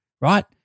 right